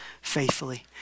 faithfully